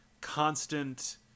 constant